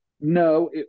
no